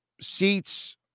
seats